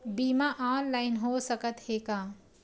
बीमा ऑनलाइन हो सकत हे का?